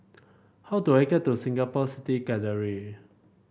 how do I get to Singapore City Gallery